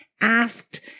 asked